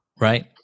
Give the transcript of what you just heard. Right